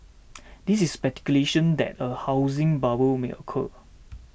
this is speculation that a housing bubble may occur